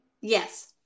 Yes